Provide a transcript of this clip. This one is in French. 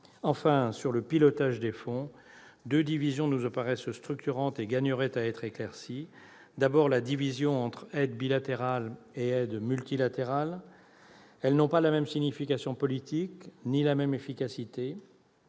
Enfin, sur le pilotage des fonds, deux divisions nous apparaissent structurantes et gagneraient à être éclaircies. Je pense tout d'abord à la division entre aide bilatérale et aide multilatérale. Elles n'ont pas la même signification politique ni la même efficacité.